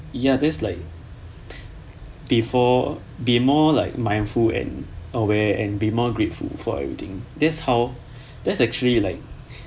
ya that's like before be more like mindful and aware and be more grateful for everything that's how that's actually like